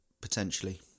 Potentially